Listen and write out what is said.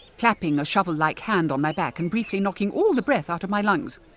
clapping a shovel-like hand on my back and briefly knocking all the breath out of my lungs.